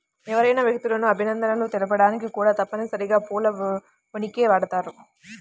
ఎవరైనా వ్యక్తులకు అభినందనలు తెలపడానికి కూడా తప్పనిసరిగా పూల బొకేని వాడుతాం